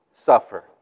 suffer